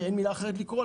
ואין מילה אחרת לקרוא לה,